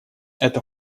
эта